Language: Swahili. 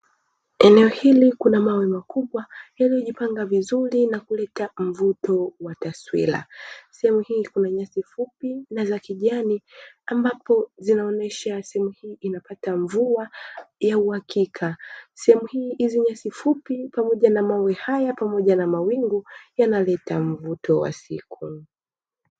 Eneo hili kuna mawe makubwa yaliyojipanga vizuri na kuleta mvuto wa taswira, sehemu hii kuna nyasi fupi na za kijani ambapo zinaonyesha sehemu hii inapata mvua ya uhakika. Sehemu hii hizi nyasi fupi pamoja na mawe haya pamoja na mawingu yanaleta mvuto wa siku.